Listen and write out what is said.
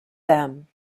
them